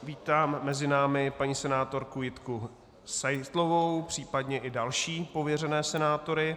Vítám mezi námi paní senátorku Jitky Seitlovou, případně i další pověřené senátory.